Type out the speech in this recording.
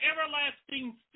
everlasting